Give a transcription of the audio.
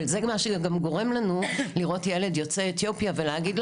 אבל זה גם מה שגורם לנו לראות ילד יוצא אתיופיה ולהגיד,